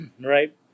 Right